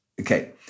Okay